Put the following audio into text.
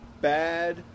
bad